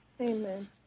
Amen